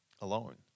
alone